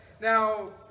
Now